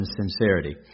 sincerity